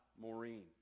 maureen